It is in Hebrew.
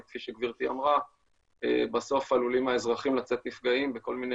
וכפי שגברתי אמרה בסוף עלולים האזרחים לצאת נפגעים בכל מיני